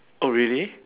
oh really